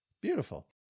Beautiful